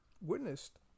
witnessed